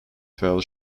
fell